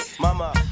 Mama